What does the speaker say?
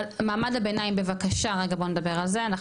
אבל מעמד הביניים בבקשה רגע בוא נדבר על זה,